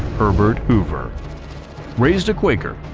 herbert hoover raised a quaker,